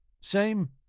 Same